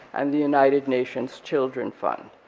and the united nations children fund.